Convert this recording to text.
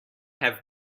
have